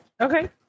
Okay